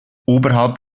oberhalb